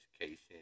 education